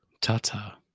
Ta-ta